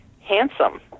handsome